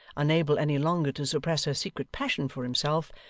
unable any longer to suppress her secret passion for himself,